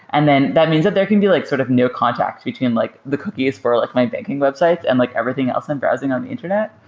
and then that means that there can be like sort of no contact between like the cookies for like my banking website and like everything else and browsing on the internet.